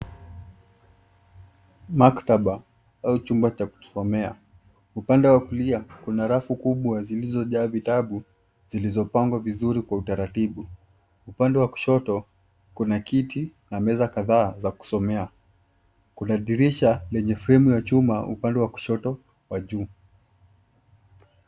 Maktaba au chumba cha kusomea. Upande wa kulia kuna rafu kubwa zilizojaa vitabu zilizopangwa vizuri kwa utaratibu. Upande wa kushoto kuna kiti na meza kadhaa za kusomea. Kuna dirisha lenye fremu ya chuma upande wa kushoto wa juu